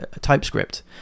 TypeScript